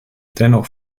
dennoch